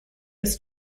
was